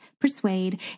persuade